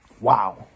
Wow